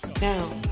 Now